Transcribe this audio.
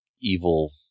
evil